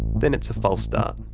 then it's a false start.